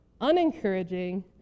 unencouraging